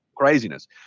craziness